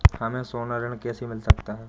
हमें सोना ऋण कैसे मिल सकता है?